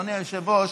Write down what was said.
אדוני היושב-ראש,